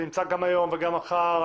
אני נמצא גם היום וגם מחר,